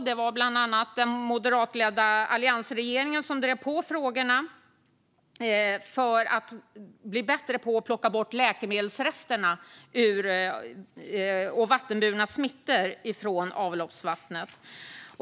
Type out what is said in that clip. Det var bland annat den moderatledda alliansregeringen som drev på frågorna för att bli bättre på att plocka bort läkemedelsrester och vattenburna smittor från avloppsvattnet.